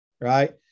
right